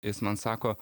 jis man sako